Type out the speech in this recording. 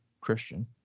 Christian